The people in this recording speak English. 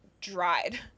dried